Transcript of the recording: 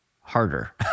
harder